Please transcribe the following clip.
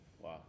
Wow